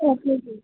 okay sir